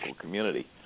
community